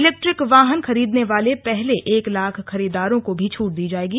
electric वाहन खरीदने वाले पहले एक लाख खरीदारों को भी छूट दी जाएगी